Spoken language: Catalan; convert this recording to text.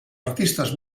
artistes